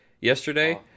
yesterday